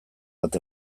bat